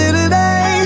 today